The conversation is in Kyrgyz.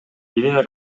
ирина